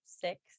six